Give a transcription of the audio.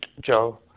Joe